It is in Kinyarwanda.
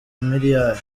miliyari